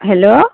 hello